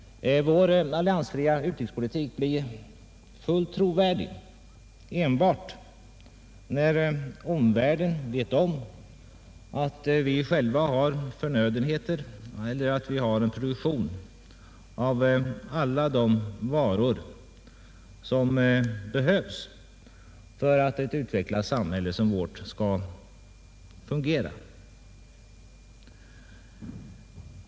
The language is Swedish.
Vår alliansfria utrikespolitik blir fullt trovärdig endast när omvärlden vet om att vi själva har en produktion av alla de varor som behövs för att ett utvecklat samhälle som vårt skall fungera.